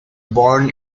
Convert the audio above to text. born